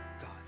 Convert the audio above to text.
God